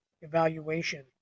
evaluation